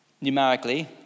numerically